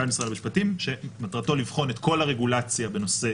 משרד המשפטים שמטרתו לבחון את כל הרגולציה בנושא